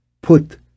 put